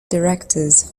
directors